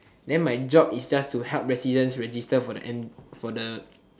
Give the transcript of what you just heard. then my job is just to help residents register for the for the